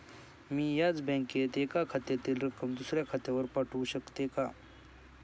मी याच बँकेत एका खात्यातील रक्कम दुसऱ्या खात्यावर पाठवू शकते का?